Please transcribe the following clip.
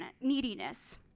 neediness